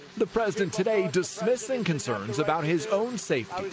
the president today dismissing concerns about his own safety.